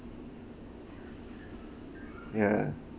ya